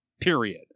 period